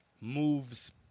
moves